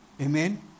Amen